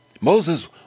Moses